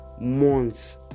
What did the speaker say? months